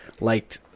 liked